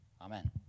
Amen